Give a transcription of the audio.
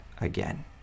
again